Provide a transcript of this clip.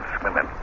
swimming